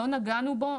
לא נגענו בו.